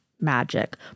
magic